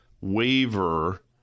waiver